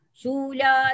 Shula